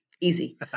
Easy